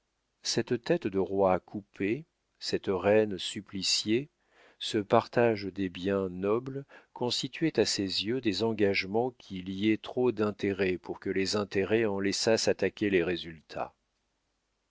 cette tête de roi coupée cette reine suppliciée ce partage des biens nobles constituaient à ses yeux des engagements qui liaient trop d'intérêts pour que les intéressés en laissassent attaquer les résultats